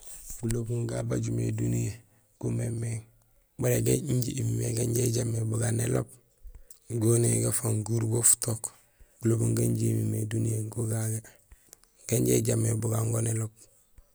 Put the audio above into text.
Gulobum gabajomé duniyee gumémééŋ; baré gang injé imimé ganja ijaam mé bagaan néloob gonoyee gafng gurubo futook. Gulobum ganjé imimé duniyee go gagé gaan injé ijaam mé bugaan néloob go.